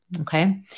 Okay